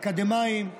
אקדמאים,